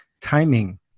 timing